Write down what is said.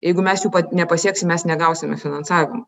jeigu mes jų nepasieksim mes negausime finansavimo